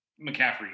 McCaffrey